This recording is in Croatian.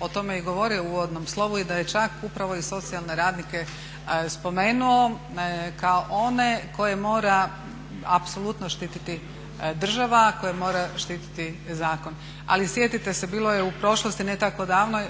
o tome i govorio u uvodnom slovu i da je čak upravo i socijalne radnike spomenuo kao one koje mora apsolutno štititi država, koje mora štititi zakon. Ali sjetite se, bilo je u prošlosti ne tako davnoj